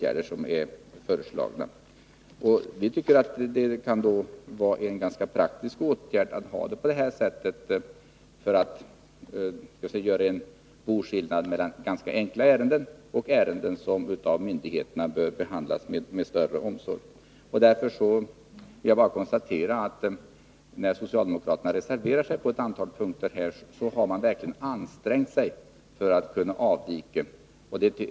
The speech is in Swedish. Vi tycker att det kan vara praktiskt att ha det så för att göra en boskillnad mellan ganska enkla ärenden och ärenden som av myndigheterna bör behandlas med större omsorg. Jag vill därför bara konstatera, att när socialdemokraterna här reserverar sig på ett antal punkter, så har man verkligen ansträngt sig för att kunna avvika.